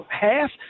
half